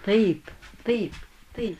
taip taip tai